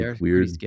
weird